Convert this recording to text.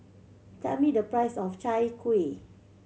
tell me the price of Chai Kuih